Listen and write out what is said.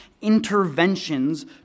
interventions